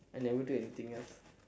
I never do anything else